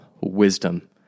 wisdom